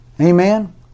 Amen